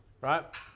right